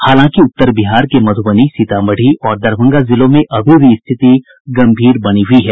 हालांकि उत्तर बिहार के मधुबनी सीतामढ़ी और दरभंगा जिलों में अभी भी स्थिति गंभीर बनी हुयी है